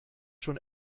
schon